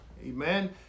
Amen